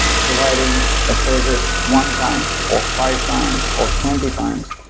providing a service one time or five times or twenty times,